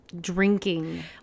drinking